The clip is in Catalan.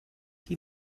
qui